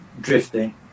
Drifting